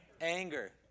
Anger